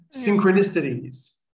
synchronicities